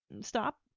stop